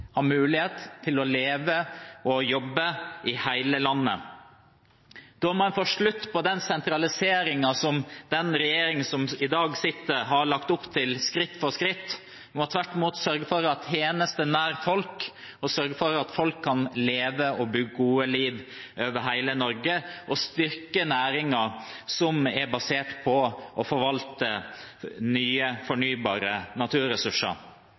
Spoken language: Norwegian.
ha tjenester nær folk, sørge for at folk kan bo og leve gode liv over hele Norge, og styrke næringer som er basert på å forvalte nye fornybare naturressurser.